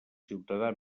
ciutadà